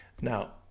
Now